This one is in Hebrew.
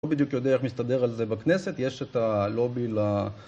אני לא בדיוק יודע איך מסתדר על זה בכנסת, יש את הלובי ל...